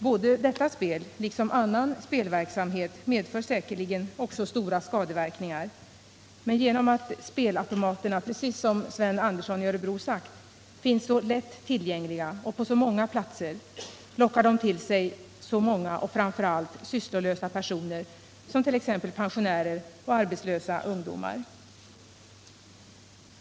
Både detta spel och annan spelverksamhet medför säkerligen också stora skadeverkningar, men genom att spelautomaterna, precis som Sven Andersson i Örebro sagt, finns så lätt tillgängliga och på så många platser, lockar de till sig så många och framför allt sysslolösa personer som t.ex. pensionärer och arbetslösa ungdomar.